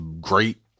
great